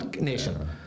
nation